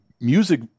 music